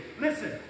Listen